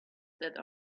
that